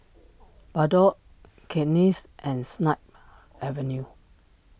Bardot Cakenis and Snip Avenue